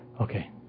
Okay